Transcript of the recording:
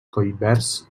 collverds